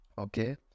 Okay